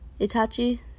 Itachi